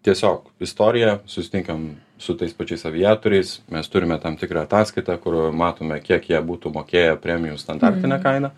tiesiog istorija susitinkam su tais pačiais aviatoriais mes turime tam tikrą ataskaitą kur matome kiek jie būtų mokėję premijų standartinę kainą